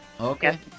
Okay